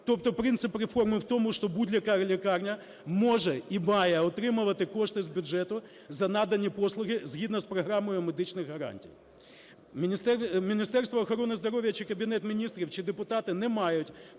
Тобто принцип реформи в тому, що будь-яка лікарня може і має отримувати кошти з бюджету за надані послуги згідно з Програмою медичних гарантій. Міністерство охорони здоров'я чи Кабінет Міністрів, чи депутати не мають